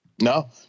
No